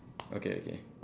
okay okay